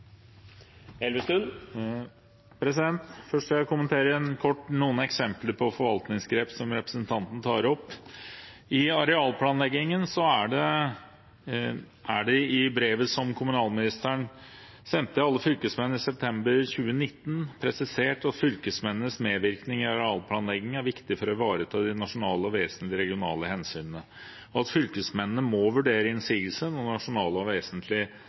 Først vil jeg kommentere kort noen eksempler på forvaltningsgrep som representanten tar opp. I arealplanleggingen er det i brevet som kommunalministeren sendte alle fylkesmenn i september 2019, presisert at fylkesmennenes medvirkning i arealplanleggingen er viktig for å ivareta de nasjonale og vesentlige regionale hensynene, og at fylkesmennene må vurdere innsigelse når nasjonale og